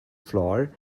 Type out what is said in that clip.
flour